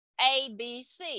ABC